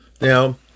Now